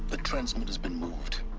the transmitter's been moved